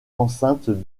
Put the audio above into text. enceinte